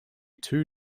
two